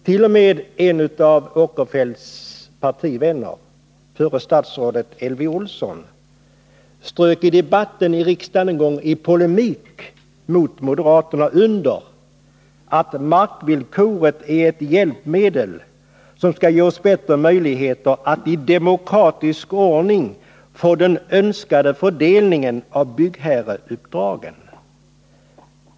T. o. m. en av Sven Eric Åkerfeldts partivänner, förra statsrådet Elvy Olsson, strök en gång ien debatt i riksdagen i polemik med moderaterna under att markvillkoret är ett hjälpmedel som skall ge oss bättre möjligheter att i demokratisk ordning få den önskade fördelningen av byggherreuppdragen.